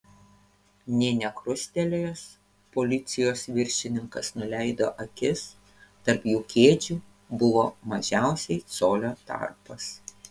nė nekrustelėjęs policijos viršininkas nuleido akis tarp jų kėdžių buvo mažiausiai colio tarpas